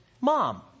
mom